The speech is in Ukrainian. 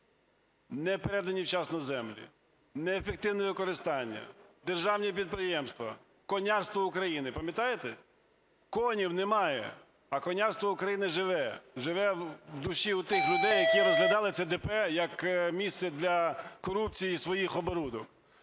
Не передані вчасно землі, неефективне використання, державні підприємства… Конярство України, пам'ятаєте? коней немає, а Конярство України живе, живе в душі отих людей, які розглядали це ДП як місце для корупції і своїх оборудок.